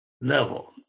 level